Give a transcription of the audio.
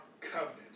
covenant